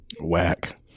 Whack